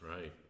right